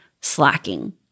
slacking